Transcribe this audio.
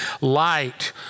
light